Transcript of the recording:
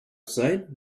sight